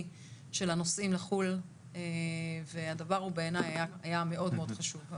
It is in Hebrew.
של הנוסעים לחו"ל והדבר הוא בעיני היה מאוד חשוב.